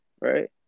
right